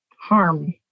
harm